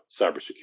cybersecurity